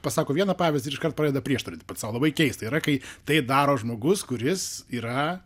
pasako vieną pavyzdį ir iškart pradeda prieštarauti pats sau labai keista yra kai tai daro žmogus kuris yra